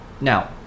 Now